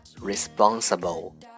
responsible